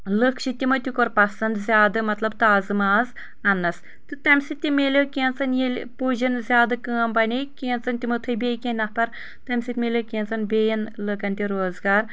لُکھ چھِ تمو تہِ کوٚر پسنٛد زیادٕ مطلب تازٕ ماز اننس تہٕ تمہِ سۭتۍ تہِ مِلیو کینٛژن ییٚلہِ پُجَن زیادٕ کٲم بنے کینٛژن تمو تھٲے بییٚہ کینٛہہ نفر تمہِ سۭتۍ مِلیو کینٛژن بییَن لُکن تہِ روزگار